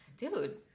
dude